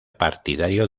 partidario